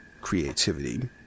creativity